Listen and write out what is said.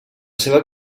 seva